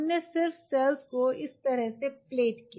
हमने सिर्फ सेल को इस तरह से प्लेट किया